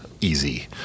easy